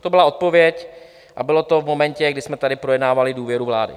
To byla odpověď a bylo to v momentě, kdy jsme tady projednávali důvěru vládě.